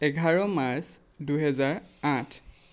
এঘাৰ মাৰ্চ দুহেজাৰ আঠ